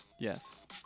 Yes